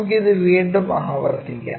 നമുക്ക് ഇത് വീണ്ടും ആവർത്തിക്കാം